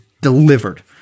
delivered